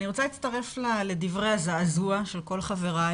אני רוצה להצטרף לדברי הזעזוע של כל חבריי.